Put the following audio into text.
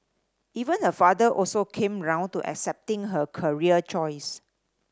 even her father also came round to accepting her career choice